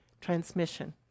transmission